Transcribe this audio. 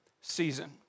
season